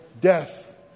death